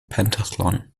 pentathlon